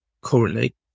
currently